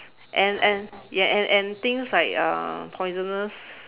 and and yes and and things like uh poisonous